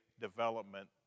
development